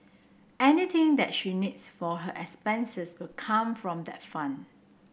anything that she needs for her expenses will come from that fund